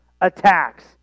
attacks